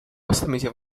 vastamisi